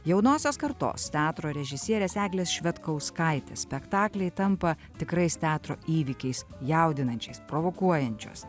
jaunosios kartos teatro režisierės eglės švedkauskaitės spektakliai tampa tikrais teatro įvykiais jaudinančiais provokuojančios